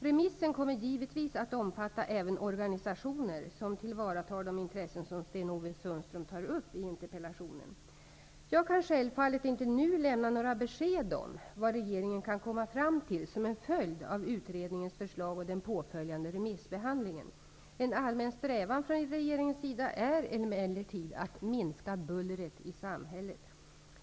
Remissen kommer givetvis att omfatta även organisationer som tillvaratar de intressen som Sten-Ove Sundström tar upp i interpellationen. Jag kan självfallet inte nu lämna några besked om vad regeringen kan komma fram till som en följd av utredningens förslag och den påföljande remissbehandlingen. En allmän strävan från regeringens sida är emellertid att minska bullret i samhället.